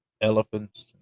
elephants